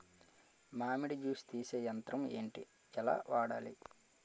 మామిడి జూస్ తీసే యంత్రం ఏంటి? ఎలా వాడాలి?